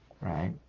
Right